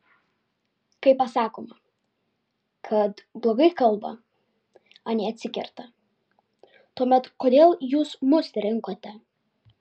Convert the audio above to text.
kai pasakoma kad blogai kalba anie atsikerta tuomet kodėl jūs mus rinkote